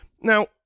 now